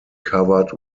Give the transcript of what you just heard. covered